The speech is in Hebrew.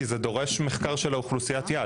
כי זה דורש מחקר של אוכלוסיית יעד,